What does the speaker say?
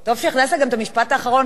טוב שהכנסת גם את המשפט האחרון,